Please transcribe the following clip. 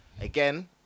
again